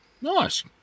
Nice